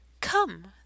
Come